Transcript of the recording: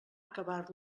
acabar